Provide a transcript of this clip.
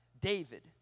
David